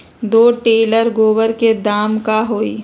दो टेलर गोबर के दाम का होई?